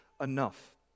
enough